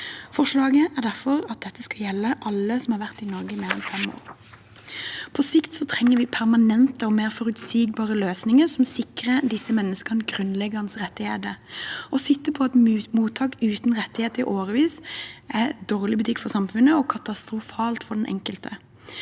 Forslaget vårt er derfor at denne skal gjelde alle som har vært i Norge i mer enn fem år. På sikt trenger vi permanente og mer forutsigbare løsninger som sikrer disse menneskene grunnleggende rettigheter. Å sitte på et mottak uten rettigheter i årevis er dårlig butikk for samfunnet og katastrofalt for den enkelte.